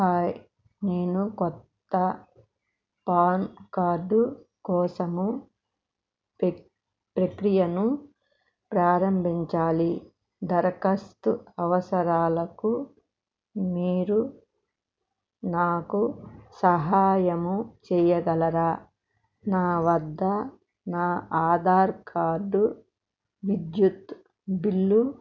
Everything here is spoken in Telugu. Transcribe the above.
హాయ్ నేను కొత్త పాన్ కార్డు కోసము ప్రె ప్రక్రియను ప్రారంభించాలి దరఖాస్తు అవసరాలకు మీరు నాకు సహాయము చేయగలరా నావద్ద నా ఆధార్ కార్డు విద్యుత్ బిల్లు